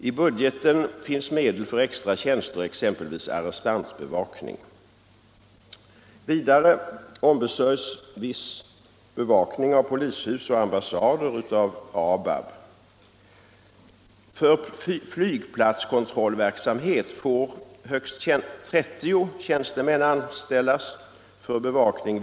I budgeten finns medel till extra tjänster för exempelvis arrestantbevakning.